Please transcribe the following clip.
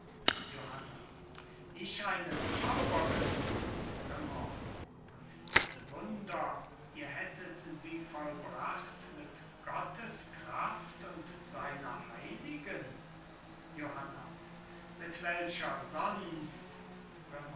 johanna ich eine zauberin raimond und diese wunder ihr hättet sie vollbracht mit gottes kraft und seiner heiligen johanna mit welcher sonst